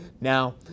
now